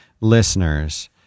listeners